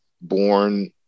born